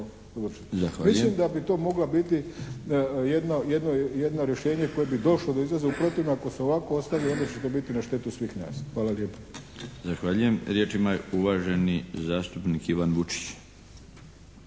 dovršiti. Mislim da bi to mogla biti jedno rješenje koje bi došlo do izlaza. U protivnom ako se ovako ostavi onda će to biti na štetu svih nas. Hvala lijepa. **Milinović, Darko (HDZ)** Zahvaljujem. Riječ ima uvaženi zastupnik Ivan Vučić.